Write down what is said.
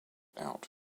out